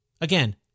Again